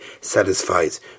satisfies